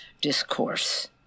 discourse